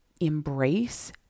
embrace